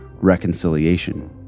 reconciliation